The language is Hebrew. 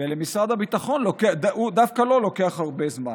ומשרד הביטחון, דווקא לו לוקח הרבה זמן.